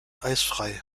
eisfrei